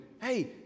Hey